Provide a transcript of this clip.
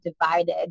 divided